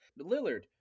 Lillard